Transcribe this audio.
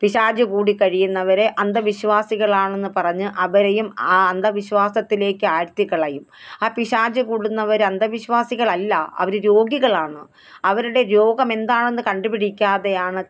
പിശാച് കൂടി കഴിയുന്നവരെ അന്ധവിശ്വസികളാണെന്ന് പറഞ്ഞ് അവരെയും ആ അന്ധവിശ്വാസത്തിലേക്ക് ആഴ്ത്തിക്കളയും ആ പിശാച് കൂടുന്നവർ അന്ധവിശ്വാസികളല്ല അവർ രോഗികളാണ് അവരുടെ രോഗമെന്താണെന്ന് കണ്ടു പിടിക്കാതെയാണ്